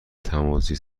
تماسی